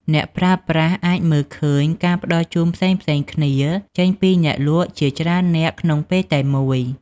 អ្នកប្រើប្រាស់អាចមើលឃើញការផ្តល់ជូនផ្សេងៗគ្នាចេញពីអ្នកលក់ជាច្រើននាក់ក្នុងពេលតែមួយ។